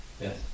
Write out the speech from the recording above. Yes